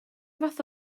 fath